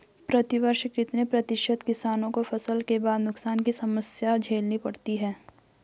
प्रतिवर्ष कितने प्रतिशत किसानों को फसल के बाद नुकसान की समस्या झेलनी पड़ती है?